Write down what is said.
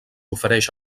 ofereix